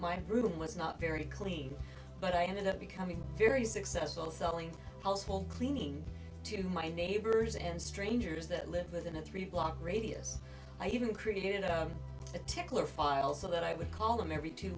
my room was not very clean but i ended up becoming very successful selling household cleaning to my neighbors and strangers that lived within a three block radius i even created a particular file so that i would call them every two